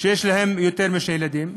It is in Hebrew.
ויש להם יותר משני ילדים?